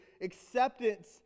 acceptance